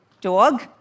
Dog